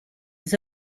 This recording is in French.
les